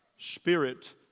Spirit